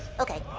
okay.